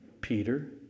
Peter